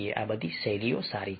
તેથી આ બધી શૈલીઓ સારી છે